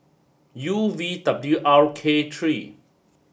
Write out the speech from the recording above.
U V W R K three